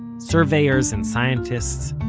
surveyors and scientists.